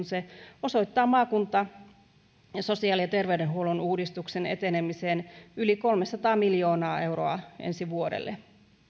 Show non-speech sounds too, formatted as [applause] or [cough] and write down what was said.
[unintelligible] se osoittaa maakunta ja sosiaali ja terveydenhuollon uudistuksen etenemiseen yli kolmesataa miljoonaa euroa ensi vuodelle